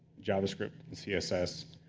javascript, and css.